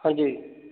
ਹਾਂਜੀ